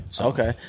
Okay